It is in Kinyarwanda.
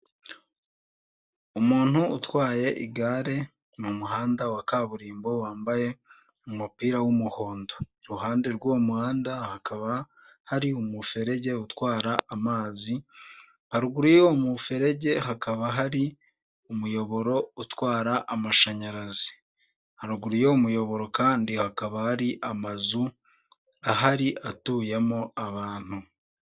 Umuntu utwaye igare mu muhanda wa kaburimbo wambaye umupira wumuhondo; iruhande rw'uwo muhanda hakaba hari umuferege utwara amazi; haruguru y'uwo mu ferege hakaba hari umuyoboro utwara amashanyarazi; haruguru y'uwo muyoboro kandi hakaba hari amazu ahari atuyemo abantu.